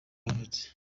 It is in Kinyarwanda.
yavutse